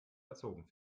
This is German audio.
erzogen